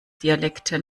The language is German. dialekte